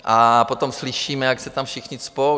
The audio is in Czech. A potom slyšíme, jak se tam všichni cpou.